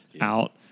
out